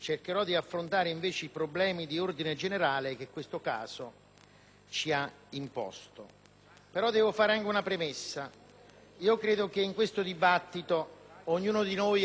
ci ha imposto. Devo però fare anche una premessa: credo che in questo dibattito ognuno di noi porti una storia personale, una propria cultura, un percorso;